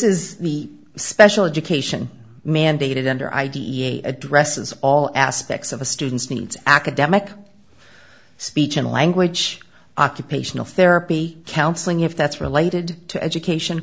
is the special education mandated under idea addresses all aspects of a student's needs academic speech and language occupational therapy counseling if that's related to education